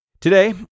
Today